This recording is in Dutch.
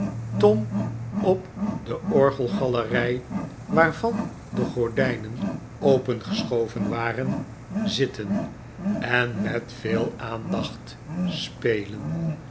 tom op de orgelgalerij waarvan de gordijnen opengeschoven waren zitten en met veel aandacht spelen